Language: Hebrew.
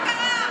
מה קרה?